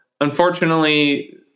unfortunately